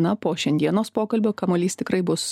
na po šiandienos pokalbio kamuolys tikrai bus